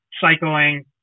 cycling